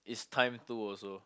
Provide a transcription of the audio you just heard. it's time to also